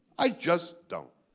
i just don't.